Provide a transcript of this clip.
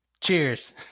cheers